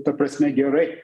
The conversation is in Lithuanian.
ta prasme gerai